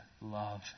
love